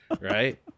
right